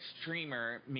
streamer